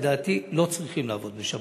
לדעתי, לא צריכים לעבוד בשבת.